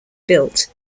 built